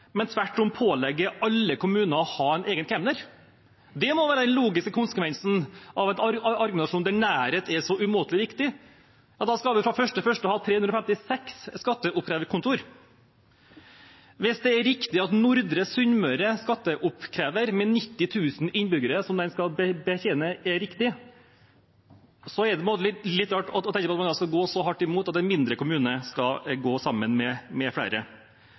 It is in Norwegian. men tvert om pålegger alle kommuner å ha en egen kemner? Det må være den logiske konsekvensen av en argumentasjon der nærhet er så umåtelig viktig. Ja, da skal vi fra 1. januar 2020 ha 356 skatteoppkrevingskontor. Hvis det er riktig med Nordre Sunnmøre kemnerkontor, som skal betjene 90 000 innbyggere, er det litt rart å tenke på at en skal gå så hardt imot at en mindre kommune skal gå sammen med flere. Til og med